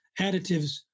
additives